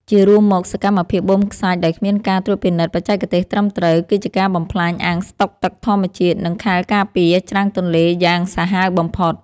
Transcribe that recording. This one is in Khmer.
ជារួមមក សកម្មភាពបូមខ្សាច់ដោយគ្មានការត្រួតពិនិត្យបច្ចេកទេសត្រឹមត្រូវ គឺជាការបំផ្លាញអាងស្តុកទឹកធម្មជាតិ និងខែលការពារច្រាំងទន្លេយ៉ាងសាហាវបំផុត។